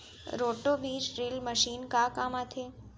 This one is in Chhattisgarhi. रोटो बीज ड्रिल मशीन का काम आथे?